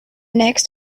next